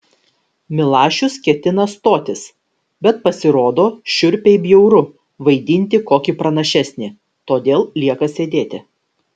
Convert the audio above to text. milašius ketina stotis bet pasirodo šiurpiai bjauru vaidinti kokį pranašesnį todėl lieka sėdėti